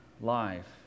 life